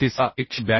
तिसरा 182